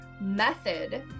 method